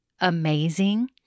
amazing